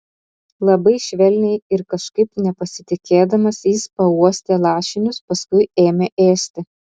labai švelniai ir kažkaip nepasitikėdamas jis pauostė lašinius paskui ėmė ėsti